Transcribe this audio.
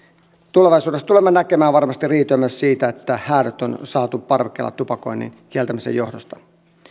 tulevaisuudessa tulemme näkemään varmasti riitoja myös siitä että häädöt on saatu parvekkeella tupakoinnin kieltämisen johdosta